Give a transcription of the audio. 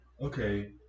okay